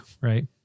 right